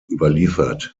überliefert